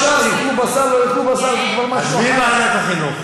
צער בעלי-חיים זה ועדת החינוך.